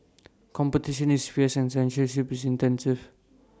competition is fierce and censorship intense